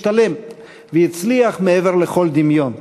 השתלם והצליח מעבר לכל דמיון,